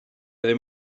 ddim